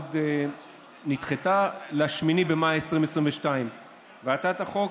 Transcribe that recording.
ונדחתה ל-8 במאי 2022. הצעת החוק